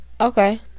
Okay